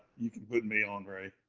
you can put me on ray.